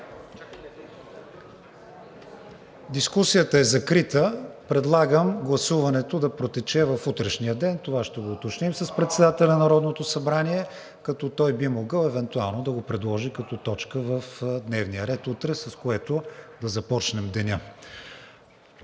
Дискусията е закрита. Предлагам гласуването да протече в утрешния ден. Това ще го уточним с председателя на Народното събрание, като той би могъл евентуално да го предложи като точка в дневния ред утре, с което да започнем деня.